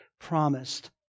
promised